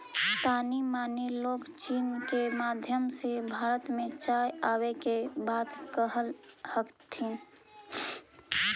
तानी मनी लोग चीन के माध्यम से भारत में चाय आबे के बात कह हथिन